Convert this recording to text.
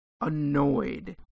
annoyed